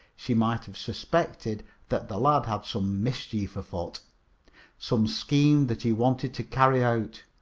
she might have suspected that the lad had some mischief afoot some scheme that he wanted to carry out,